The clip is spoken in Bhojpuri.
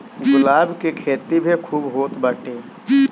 गुलाब के खेती भी खूब होत बाटे